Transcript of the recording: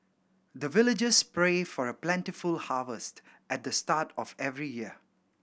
the villagers pray for plentiful harvest at the start of every year